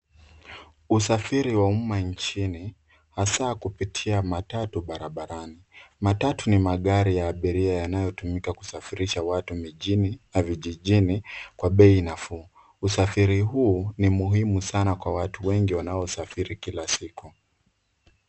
Usafiri wa umma nchini, hasa kupitia matatu barabarani. Matatu ni magari ya abiria yanayotumika kusafirisha watu mijini na vijijini kwa bei nafuu. Usafiri huu ni muhimu sana kwa watu wengi wanosafiri kila siku.